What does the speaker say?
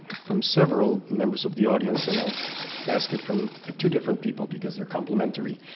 from several members of the audience, and i'll ask it from two different people because they're complementary.